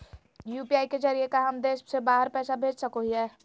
UPI के जरिए का हम देश से बाहर पैसा भेज सको हियय?